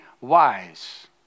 wise